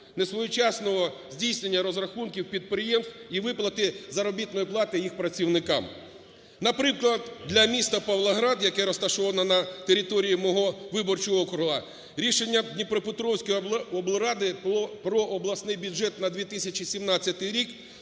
несвоєчасного здійснення розрахунків підприємств і виплати заробітної плати їх працівникам. Наприклад, для міста Павлоград, яке розташоване на території мого виборчого округу рішенням Дніпропетровської облради про обласний бюджет на 2017 рік